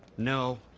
no.